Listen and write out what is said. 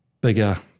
bigger